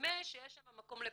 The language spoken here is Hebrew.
נדמה שיש שם מקום לפרשנות.